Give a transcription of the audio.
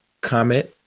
comment